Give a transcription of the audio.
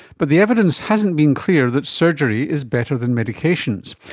but the evidence hasn't been clear that surgery is better than medications,